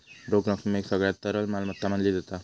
रोख रकमेक सगळ्यात तरल मालमत्ता मानली जाता